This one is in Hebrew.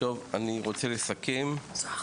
כן,